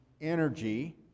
energy